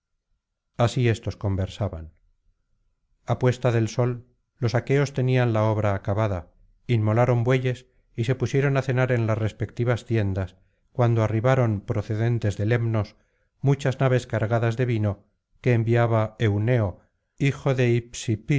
así éstos conversaban a puesta del sol los aqueos tenían la obra acabada inmolaron bueyes y se pusieron á cenar en las respectivas tiendas cuando arribaron procedentes de lemnos muchas naves cargadas de vino que enviaba euneo hijo de